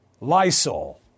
Lysol